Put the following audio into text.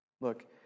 Look